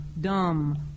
dumb